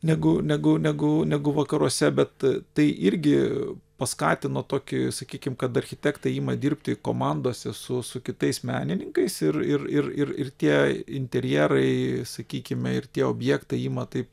negu negu negu negu vakaruose bet tai irgi paskatino tokį sakykim kad architektai ima dirbti komandose su su kitais menininkais ir ir ir ir ir tie interjerai sakykime ir tie objektai ima taip